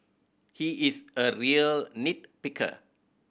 he is a real nit picker